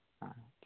ആ ഓക്കേ